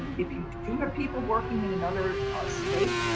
if you do have people working in another state,